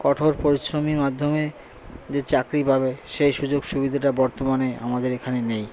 কঠোর পরিশ্রমের মাধ্যমে যে চাকরি পাবে সেই সুযোগ সুবিধাটা বর্তমানে আমাদের এখানে নেই